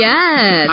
Yes